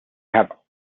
have